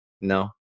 no